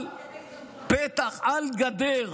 שר המשפטים יריב לוין: על פתח, על גדר חצר